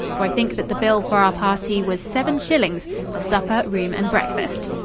for i think that the bill for our party was seven shillings for supper, room and breakfast.